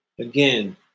Again